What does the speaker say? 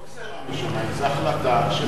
זו לא גזירה משמים, זו החלטה של הממשלה.